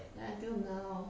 like until now